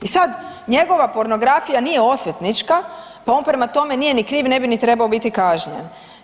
I sad njegova pornografija nije osvetnička pa on prema tome nije ni kriv, ne bi ni trebao biti kažnjen.